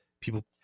people